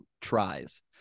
tries